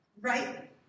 right